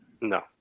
No